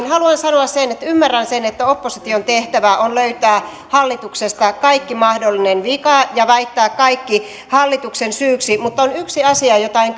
haluan sanoa että ymmärrän sen että opposition tehtävä on löytää hallituksesta kaikki mahdollinen vika ja väittää kaikki hallituksen syyksi mutta on yksi asia jota en